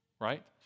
right